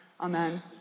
Amen